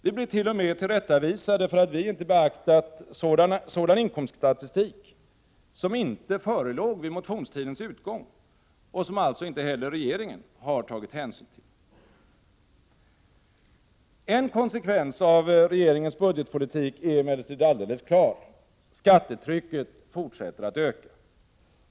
Vi blir t.o.m. tillrättavisade för att vi inte beaktat sådan inkomststatistik som inte förelåg vid motionstidens utgång och som alltså inte heller regeringen har tagit hänsyn till. En konsekvens av regeringens budgetpolitik är emellertid alldeles klar: Skattetrycket fortsätter att öka.